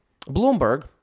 Bloomberg